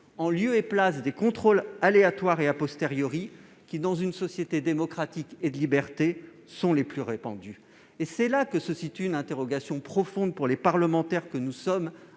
en lieu et place des contrôles aléatoires et, qui, dans une société démocratique et de liberté, sont les plus répandus. C'est là que se situe une interrogation profonde pour les parlementaires que nous sommes,